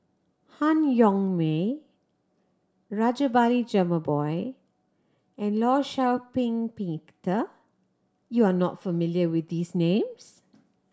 Han Yong May Rajabali Jumabhoy and Law Shau Ping Peter you are not familiar with these names